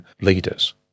leaders